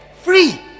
Free